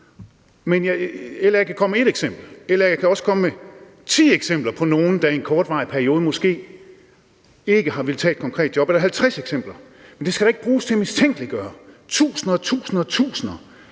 på. LA kan komme med et eksempel, LA kan også komme med ti eksempler på nogle, der i en kortvarig periode måske ikke har villet tage et konkret job – eller 50 eksempler. Men det skal da ikke bruges til at mistænkeliggøre tusinder og tusinder og tusinder